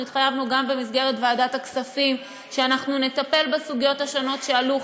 אנחנו התחייבנו גם במסגרת ועדת הכספים שאנחנו נטפל בסוגיות השונות שעלו,